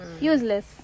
useless